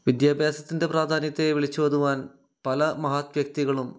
വിദ്യാഭ്യാസത്തിൻ്റെ പ്രാധാന്യത്തെ വിളിച്ചോതുവാൻ പല മഹത് വ്യക്തികളും